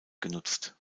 genutzt